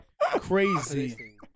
Crazy